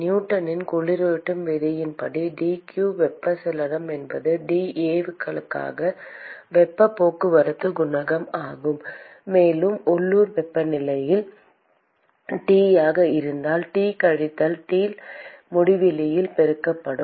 நியூட்டனின் குளிரூட்டும் விதியின்படி dq வெப்பச்சலனம் என்பது dAக்களாக வெப்பப் போக்குவரத்துக் குணகம் ஆகும் மேலும் லோக்கல் வெப்பநிலை T ஆக இருந்தால் T கழித்தல் T முடிவிலியால் பெருக்கப்படும்